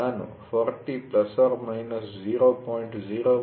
ನಾನು 40 ± 0